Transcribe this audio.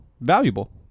valuable